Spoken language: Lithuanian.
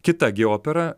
kita gi opera